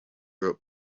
wrote